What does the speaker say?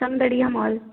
Samdariya mall